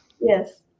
Yes